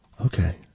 Okay